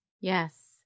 Yes